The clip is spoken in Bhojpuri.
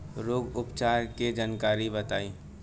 रोग उपचार के जानकारी बताई?